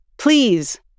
Please